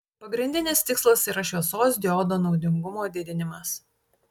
pagrindinis tikslas yra šviesos diodo naudingumo didinimas